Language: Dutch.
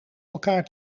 elkaar